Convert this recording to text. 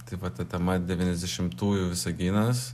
tai va ta tema devyniasdešimtųjų visaginas